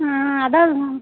ஆ அதாதாது